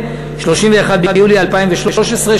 31 ביולי 2013,